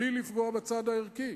בלי לפגוע בצד הערכי.